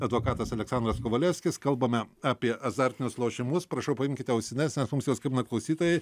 advokatas aleksandras kovalevskis kalbame apie azartinius lošimus prašau paimkite ausines nes mums jau skambina klausytojai